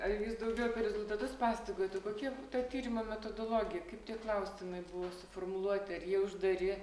ar jūs daugiau apie rezultatus pasakojot o kokia ta tyrimo metodologija kaip tie klausimai buvo suformuluoti ir jie uždari